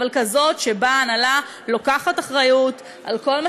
אבל כזאת שבה ההנהלה לוקחת אחריות על כל מה